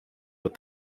what